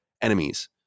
enemies